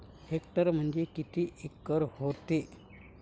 Hectare म्हणजे किती acre व्हते?